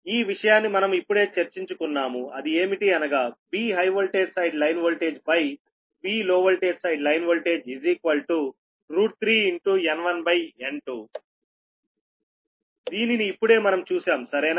ఈ విషయాన్ని మనం ఇప్పుడే చర్చించుకున్నాము అది ఏమిటి అనగా V high voltage side line voltage V low voltage side line voltage 3 N1N2 దీనిని ఇప్పుడే మనం చూసాం సరేనా